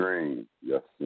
Yes